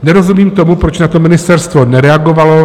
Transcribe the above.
Nerozumím tomu, proč na to ministerstvo nereagovalo.